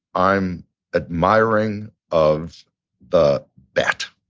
i'm admiring of the bet,